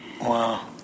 wow